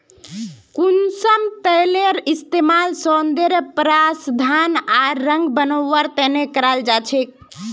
कुसुमेर तेलेर इस्तमाल सौंदर्य प्रसाधन आर रंग बनव्वार त न कराल जा छेक